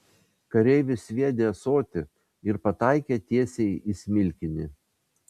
kareivis sviedė ąsotį ir pataikė tiesiai į smilkinį